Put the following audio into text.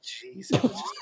jesus